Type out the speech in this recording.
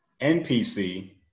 NPC